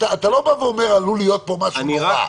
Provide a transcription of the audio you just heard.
אתה לא אומר עלול להיות פה משהו נורא,